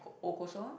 O Kosong orh